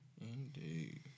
Indeed